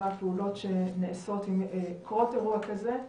מה הפעולות שנעשות עם קרות אירוע כזה?